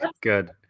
good